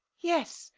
yes,